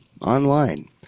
online